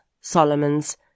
Solomons